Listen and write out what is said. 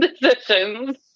decisions